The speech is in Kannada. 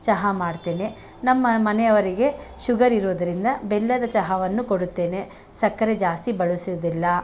ಚಹಾ ಮಾಡ್ತೇನೆ ನಮ್ಮ ಮನೆಯವರಿಗೆ ಶುಗರ್ ಇರೋದ್ರಿಂದ ಬೆಲ್ಲದ ಚಹಾವನ್ನು ಕೊಡುತ್ತೇನೆ ಸಕ್ಕರೆ ಜಾಸ್ತಿ ಬಳಸೋದಿಲ್ಲ